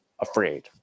afraid